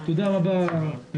תודה רבה.